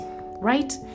right